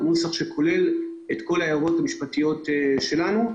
נוסח שכולל את כל ההערות המשפטיות שלנו.